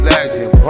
Legend